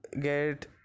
get